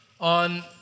on